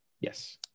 Yes